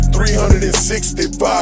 365